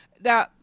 Now